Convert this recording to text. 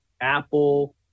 Apple